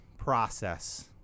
Process